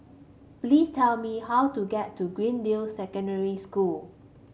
please tell me how to get to Greendale Secondary School